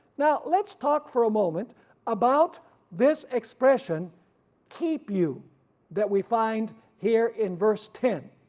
now let's talk for a moment about this expression keep you that we find here in verse ten.